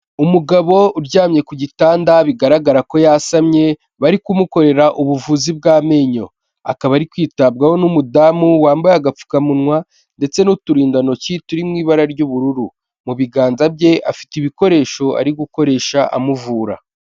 Umugabo uryamye ku gitanda bigaragara ko yasamye bari kumukorera ubuvuzi bw'amenyo, akaba ari kwitabwaho n'umudamu wambaye agapfukamunwa ndetse n'uturindantoki turi mu ibara ry'ubururu, mu biganza bye afite ibikoresho ari gukoresha amuvura.